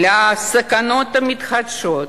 לסכנות המתחדשות